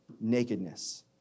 nakedness